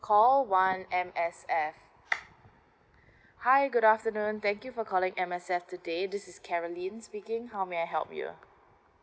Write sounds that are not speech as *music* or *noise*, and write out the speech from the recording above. call one M_S_F *noise* hi good afternoon thank you for calling M_S_F today this is caroline speaking how may I help you